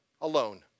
alone